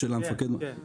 כן.